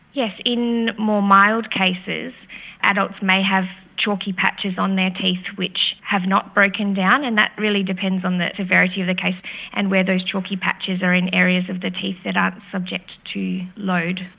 yes. in more mild cases adults may have chalky patches on their teeth which have not broken down, and that really depends on the severity of the case and where those chalky patches are in areas of the teeth that aren't subject to load.